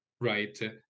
right